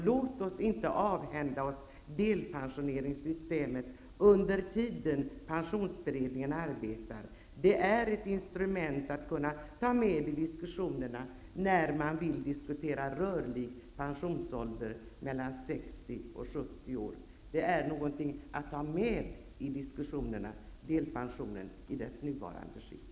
Låt oss inte avhända oss systemet med delpension under tiden pensionsberedningen arbetar. Det är ett instrument som kan tas med i diskussionerna om rörlig pensionsålder, dvs. mellan 60 och 70 år. Delpensionen i dess nuvarande skick är något som kan tas med i diskussionerna.